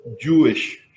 Jewish